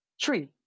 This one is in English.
Tree